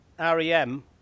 REM